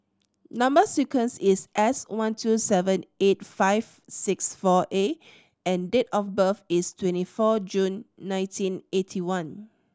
number sequence is S one two seven eight five six four A and date of birth is twenty four June nineteen eighty one